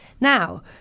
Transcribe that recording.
Now